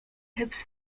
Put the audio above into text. tipps